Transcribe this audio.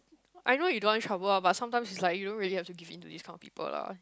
I know you don't want trouble lah but sometimes is like you don't really have to keep into this kind of people lah